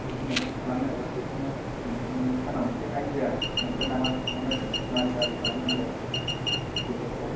business खालामनो नागिरदोंमोन बेखौनो ओंखायनो सारनाव एसे आइदिया मोनगोन नामा सोंहरनायदोंमोन मारै मारै खालामनांगौ बेफोरखौ